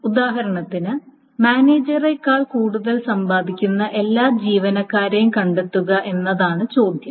ഉദാഹരണത്തിന് മാനേജരെക്കാൾ കൂടുതൽ സമ്പാദിക്കുന്ന എല്ലാ ജീവനക്കാരെയും കണ്ടെത്തുക എന്നതാണ് ചോദ്യം